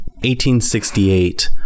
1868